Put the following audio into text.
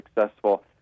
successful